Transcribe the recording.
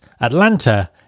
Atlanta